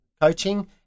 coaching